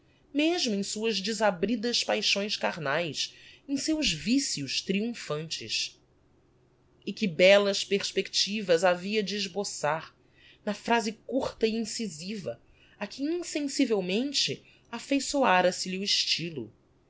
mesmo em suas desabridas paixões carnaes em seus vicios triumphantes e que bellas perspectivas havia de esboçar na phrase curta e incisiva a que insensivelmente affeiçoara se lhe o estylo